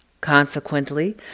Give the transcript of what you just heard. Consequently